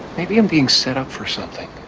maybe i'm being set up for something.